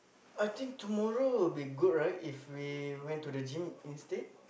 I think tomorrow will be good right if we went to the gym instead